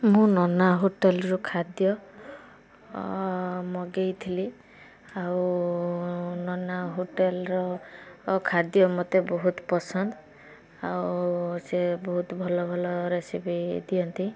ମୁଁ ନନା ହୋଟେଲ୍ରୁ ଖାଦ୍ୟ ମଗେଇଥିଲି ଆଉ ନନା ହୋଟେଲ୍ର ଖାଦ୍ୟ ମୋତେ ବହୁତ ପସନ୍ଦ ଆଉ ସେ ବହୁତ ଭଲ ଭଲ ରେସିପି ଦିଅନ୍ତି